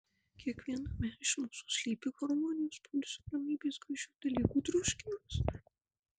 kiekviename iš mūsų slypi harmonijos poilsio ramybės gražių dalykų troškimas